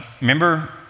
remember